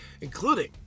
including